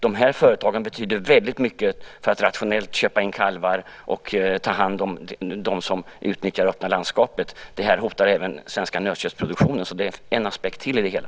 De här företagen betyder väldigt mycket när det gäller att rationellt köpa in kalvar och att ta hand om dem som utnyttjar det öppna landskapet. Här hotas även den svenska nötköttsproduktionen, så det är ytterligare en aspekt i det hela.